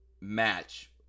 match